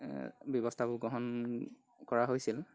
ব্যৱস্থাবোৰ গ্ৰহণ কৰা হৈছিল